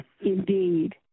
Indeed